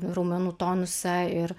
raumenų tonusą ir